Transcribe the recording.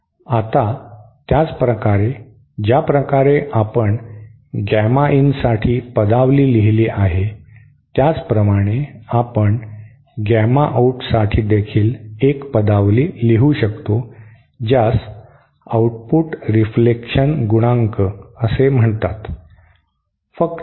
आता त्याचप्रकारे ज्या प्रकारे आपण गॅमा इन साठी पदावली लिहिली आहे त्याचप्रमाणे आपण गॅमाआऊट साठीदेखील एक पदावली लिहू शकतो ज्यास आउटपुट रिफ्लेक्शन गुणांक असे म्हणतात